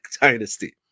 dynasty